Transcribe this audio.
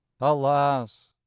alas